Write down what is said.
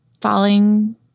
falling